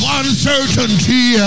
uncertainty